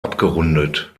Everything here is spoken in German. abgerundet